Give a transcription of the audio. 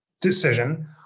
decision